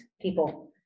People